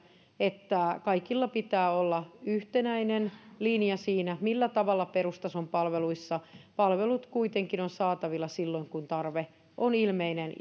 että kaikilla pitää olla yhtenäinen linja siinä millä tavalla perustason palveluissa palvelut kuitenkin ovat saatavilla silloin kun tarve on ilmeinen